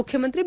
ಮುಖ್ಯಮಂತ್ರಿ ಬಿ